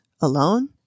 alone